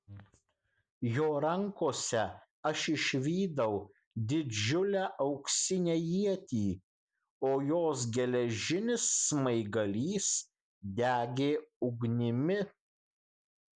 jo rankose aš išvydau didžiulę auksinę ietį o jos geležinis smaigalys degė ugnimi